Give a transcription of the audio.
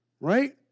Right